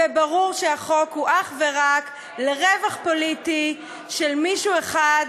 וברור שהחוק הוא אך ורק לרווח פוליטי של מישהו אחד,